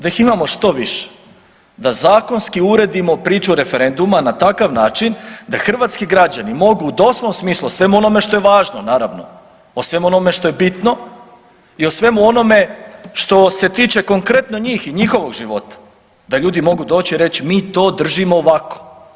Da ih imamo što više, da zakonski uredimo priču referenduma na takav način da hrvatski građani mogu u doslovnom smislu o svemu onome što je važno naravno o svemu onome što je bitno i o svemu onome što se tiče konkretno njih i njihovog života, da ljudi mogu doći i reći mi to držimo ovako.